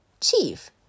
Chief